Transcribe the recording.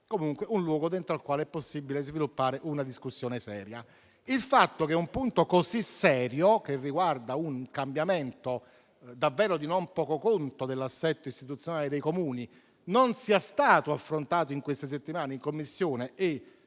fosse un luogo dentro al quale è possibile sviluppare una discussione seria. Il fatto che un punto così serio, che riguarda un cambiamento davvero di non poco conto dell'assetto istituzionale dei Comuni, non sia stato affrontato in queste settimane in Commissione e